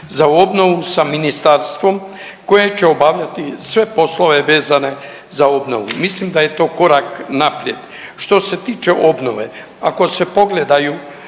za obnovu sa Ministarstvom koje će obavljati sve poslove vezane za obnovu. Mislim da je to korak naprijed. Što se tiče obnove, ako se pogledaju